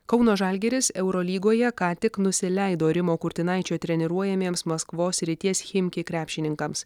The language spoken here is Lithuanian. kauno žalgiris eurolygoje ką tik nusileido rimo kurtinaičio treniruojamiems maskvos srities chimki krepšininkams